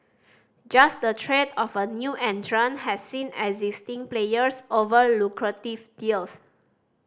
just the threat of a new entrant has seen existing players over lucrative deals